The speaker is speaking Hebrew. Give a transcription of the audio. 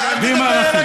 סכם את דבריך.